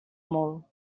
molt